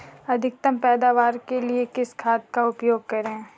अधिकतम पैदावार के लिए किस खाद का उपयोग करें?